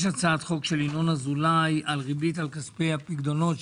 יש הצעת חוק של ינון אזולאי על ריבית על כספי הפקדונות,